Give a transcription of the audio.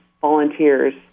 volunteers